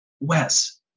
Wes